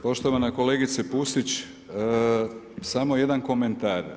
Poštovana kolegice Pusić, samo jedan komentar.